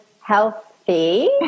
healthy